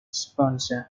sponsors